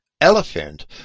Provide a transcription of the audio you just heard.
elephant